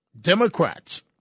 Democrats